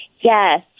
Yes